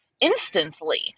instantly